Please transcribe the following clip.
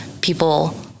people